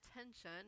attention